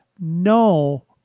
no